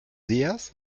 días